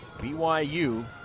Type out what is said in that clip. BYU